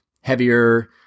heavier